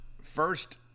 first